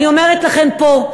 אני אומרת לכם פה,